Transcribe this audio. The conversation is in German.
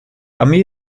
armee